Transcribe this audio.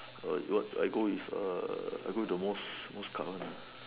I go with the most card one